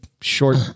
short